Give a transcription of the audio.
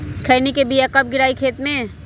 खैनी के बिया कब गिराइये खेत मे?